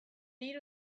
hiru